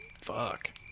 Fuck